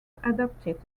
adopted